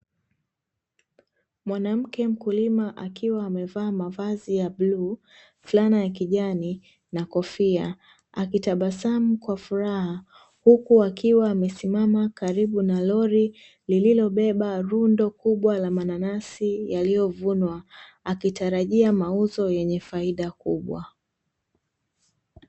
Mwanamke mkulima akiwa amevaa mavazi ya bluu, fulana ya kijani na kofia akitabasamu kwa furaha huku akiwa amesimama karibu na lori lililobeba rundo kubwa la mananasi yaliyovunwa; akitarajia mauzo yenye faida kubwa.